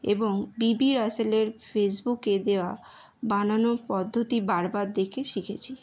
এবং বিবি রাসেলের ফেসবুকে দেওয়া বানানোর পদ্ধতি বারবার দেখে শিখেছি